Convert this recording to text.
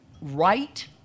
right